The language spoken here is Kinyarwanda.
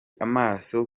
amaso